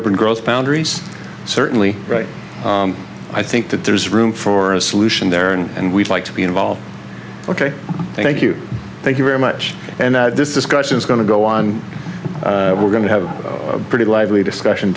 urban growth boundaries certainly right i think that there's room for a solution there and we'd like to be involved ok thank you thank you very much and this discussion is going to go on we're going to have a pretty lively discussion